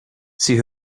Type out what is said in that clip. sie